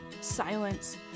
silence